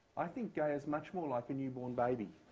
i think gaia's much more like a newborn baby.